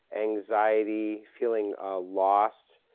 anxiety, feeling ah lost,